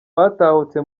batahutse